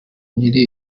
nyiri